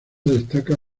destaca